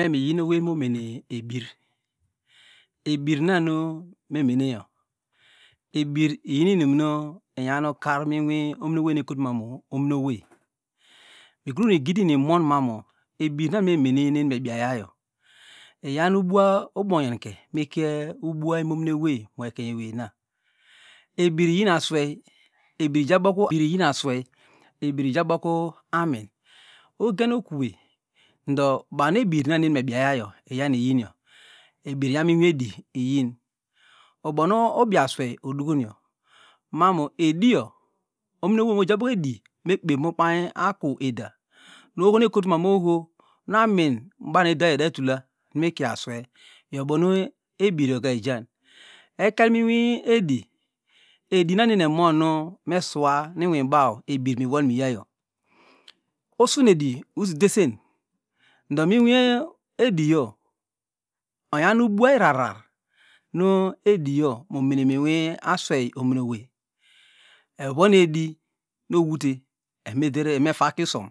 Memiyin owey nu mone ebir ebir nanunenago ebir iyini inum nu ingan mi omin owey mu eko tuma nu onin owey mikrirugidin monmanu ebir ram nu eni menenu enimebiayagayo iyam ubua ubongonke ikie ubua animoni ewey mekanyewena ebir iyina swey ebir ijaboku amin ugen okweyv bamu ebir namuenie biayayo yi ebir iyaw mu inwi edi iyin ubonu ubiaswey odukonio mama edio omin owey mojaboko edi na kpere mukany aku eda no ohon ekotumam oho amin bamu edayi idatula mikie asewey iyobonu ebir yoka igan elelminwi edi edinanu eniemon mesua nu unwibaw ebir inolmigayo usun edi udesen ndo mi inwiy ediyo enyam ubua irarar nu ediyo momenemu inwi aswey omin owey evonu edi no wute evame fa- aki usom